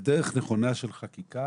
של חקיקה